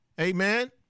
amen